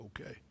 okay